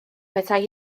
petai